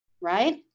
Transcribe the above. right